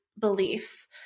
beliefs